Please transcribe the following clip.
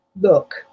look